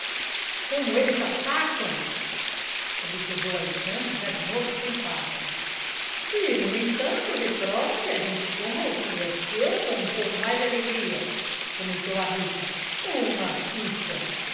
como eles atacam observou alexandre já de novo sem farda e no entanto reprovam que a gente coma o que é seu com um pouco mais de alegria comentou a rita